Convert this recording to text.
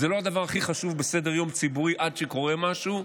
זה לא הדבר הכי חשוב בסדר-היום הציבורי עד שקורה משהו,